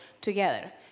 together